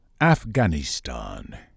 Afghanistan